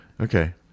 Okay